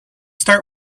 start